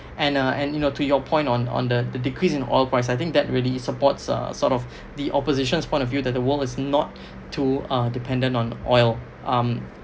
and uh and you know to your point on on the the decrease in oil price I think that really supports uh sort of the opposition's point of view that the world is not too uh dependent on oil um